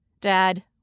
Dad